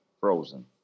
frozen